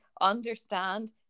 understand